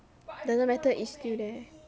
doesn't matter it's still there